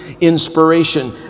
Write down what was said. inspiration